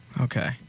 Okay